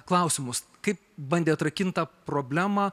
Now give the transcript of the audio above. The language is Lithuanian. klausimus kaip bandė atrakint tą problemą